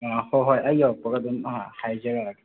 ꯑꯥ ꯍꯣꯏ ꯍꯣꯏ ꯑꯩ ꯌꯧꯔꯛꯄꯒ ꯑꯗꯨꯝ ꯑꯥ ꯍꯥꯏꯖꯔꯑꯒꯦ